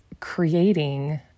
Creating